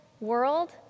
world